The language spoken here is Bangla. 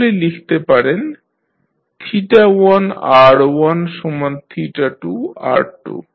তাহলে লিখতে পারেন 1r12r2